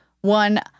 one